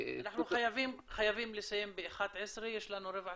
אנחנו חייבים לסיים ב-11:00, יש לנו רבע שעה.